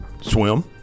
swim